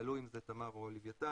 תלוי אם זה תמר או לווייתן,